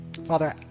Father